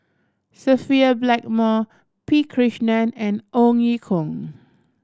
Sophia Blackmore P Krishnan and Ong Ye Kung